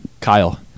Kyle